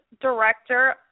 Director